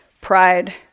pride